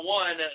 one